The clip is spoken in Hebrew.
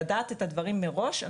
לדעת את הדברים מראש,